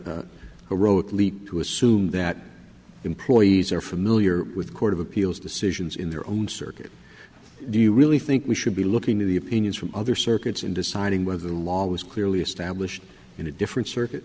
who wrote leap to assume that employees are familiar with court of appeals decisions in their own circuit do you really think we should be looking to the opinions from other circuits in deciding whether the law was clearly established in a different circuit